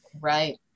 right